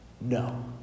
No